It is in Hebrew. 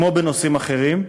כמו בנושאים אחרים,